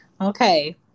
Okay